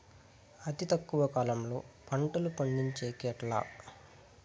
అతి తక్కువ కాలంలో పంటలు పండించేకి ఎట్లా?